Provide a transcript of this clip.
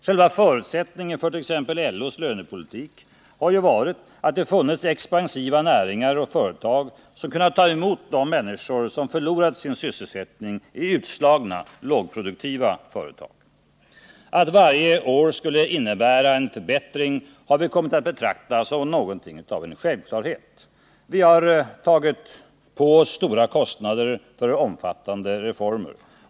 Själva förutsättningen för t.ex. LO:s lönepolitik har varit att det funnits expansiva näringar och företag som kunnat ta emot de människor som förlorat sin sysselsättning i utslagna, lågproduktiva företag. Att varje år skulle innebära en förbättring har vi kommit att betrakta som någonting av en självklarhet. Vi har tagit på oss stora kostnader för omfattande reformer.